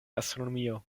astronomio